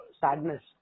Sadness